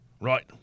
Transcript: Right